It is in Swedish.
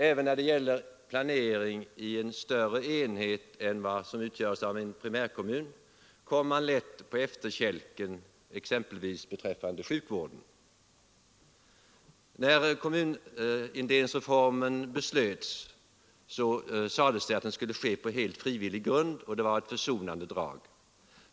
Även när det gäller planering i en större enhet än vad som utgörs av en primärkommun kommer man lätt på efterkälken, exempelvis beträffande sjukvården. När kommunindelningsreformen beslöts sades det att den skulle ske helt på frivillig grund, och det var ett försonande drag.